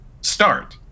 start